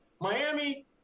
Miami